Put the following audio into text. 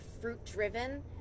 fruit-driven